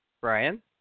Brian